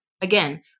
Again